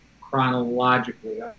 chronologically